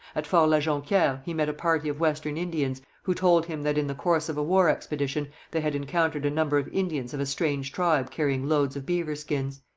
at fort la jonquiere he met a party of western indians, who told him that in the course of a war expedition they had encountered a number of indians of a strange tribe carrying loads of beaver skins.